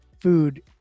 food